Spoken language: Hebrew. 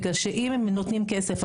בגלל שאם הם נותנים כסף,